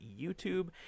YouTube